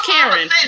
Karen